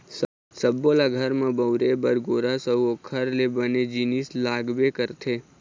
सब्बो ल घर म बउरे बर गोरस अउ ओखर ले बने जिनिस लागबे करथे